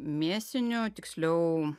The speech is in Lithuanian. mėsinių tiksliau